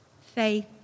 Faith